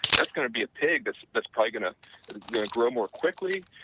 that's going to be a pig that's that's probably going ah going to grow more quickly.